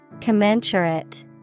Commensurate